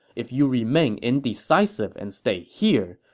if you remain indecisive and stay here,